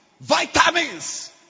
vitamins